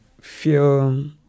feel